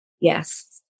Yes